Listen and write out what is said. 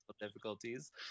Difficulties